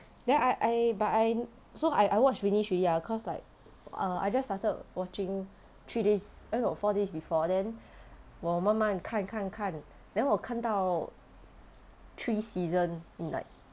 then I I but I so I I watch finish already ah cause like err I just started watching three days eh no four days before then 我慢慢看看看 then 我看到 three season in like